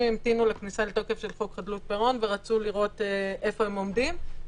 המתינו לכניסה לתוקף של חוק חדלות פירעון ורצו לראות איפה הם עומדים.